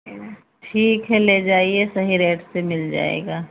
है न ठीक है ले जाइए सही रेट से मिल जाएगा